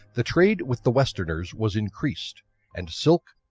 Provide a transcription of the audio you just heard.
the trade with the westerners was increased and silk,